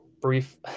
brief